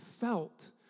felt